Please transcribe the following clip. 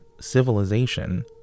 civilization